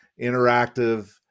interactive